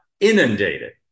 inundated